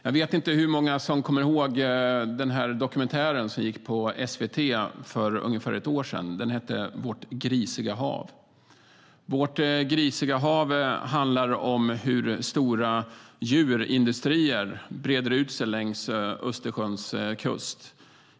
Jag vet inte hur många som kommer ihåg den dokumentär som gick på SVT för ungefär ett år sedan. Den hette Vårt grisiga hav . Vårt grisiga hav handlar om hur stora djurindustrier breder ut sig längs Östersjöns kust.